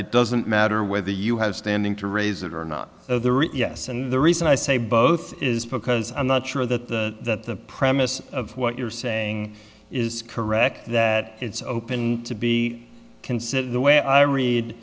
it doesn't matter whether you have standing to raise it or not yes and the reason i say both is because i'm not sure that the premise of what you're saying is correct that it's open to be considered the way i read